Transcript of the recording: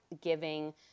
giving